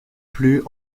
plus